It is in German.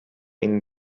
ihnen